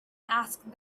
asked